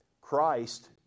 Christ